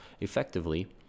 effectively